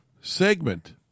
segment